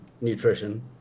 nutrition